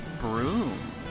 broom